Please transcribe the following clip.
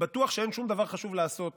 בטוח שאין שום דבר חשוב לעשות